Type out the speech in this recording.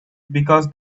because